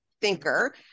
thinker